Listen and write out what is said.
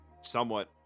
somewhat